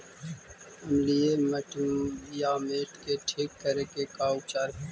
अमलिय मटियामेट के ठिक करे के का उपचार है?